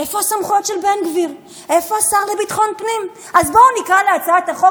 ההצעה שלנו, אדוני היושב-ראש, באה להציב את ישראל